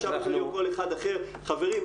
או כל אחד אחר חברים,